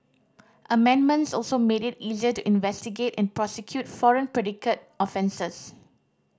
amendments also made it easier to investigate and prosecute foreign predicate offences